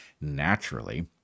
naturally